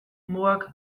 mugak